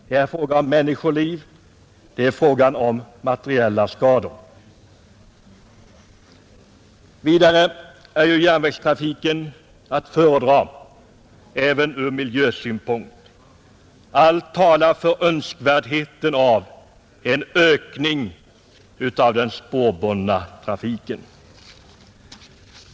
Det är både fråga om människoliv och materiella skador. Vidare är ju järnvägstrafiken att föredra även ur miljösynpunkt. Allt talar för önskvärdheten av att öka den spårbundna trafiken.